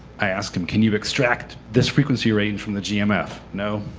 i ask him, can you extract this frequency rating from the gmf? no.